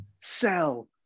sell